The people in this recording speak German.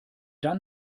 dann